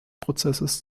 prozesses